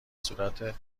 صورت